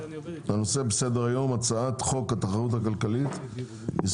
הנושא על סדר היום: הצעת חוק התחרות הכלכלית (איסור